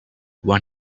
when